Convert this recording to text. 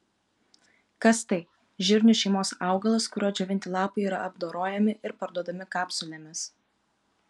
kas tai žirnių šeimos augalas kurio džiovinti lapai yra apdorojami ir parduodami kapsulėmis